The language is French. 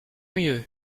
mieux